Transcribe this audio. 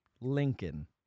Lincoln